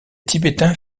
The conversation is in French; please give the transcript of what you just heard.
tibétains